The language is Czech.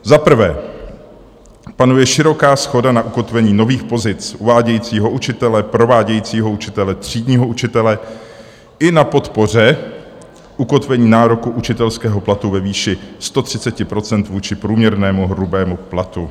Za prvé, panuje široká shoda na ukotvení nových pozic uvádějícího učitele, provádějícího učitele, třídního učitele i na podpoře ukotvení nároku učitelského platu ve výši 130 % vůči průměrnému hrubému platu.